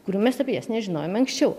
kurių mes apie jas nežinojome anksčiau